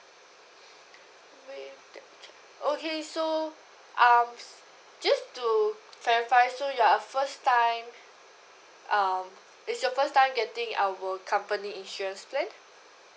okay so uh just to clarify so you're a first time uh it's your first time getting our company insurance plan